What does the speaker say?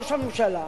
ראש הממשלה,